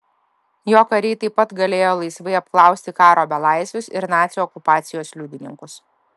jo kariai taip pat galėjo laisvai apklausti karo belaisvius ir nacių okupacijos liudininkus